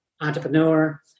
entrepreneur